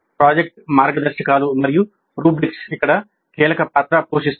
project మార్గదర్శకాలు మరియు rubrics ఇక్కడ కీలక పాత్ర పోషిస్తాయి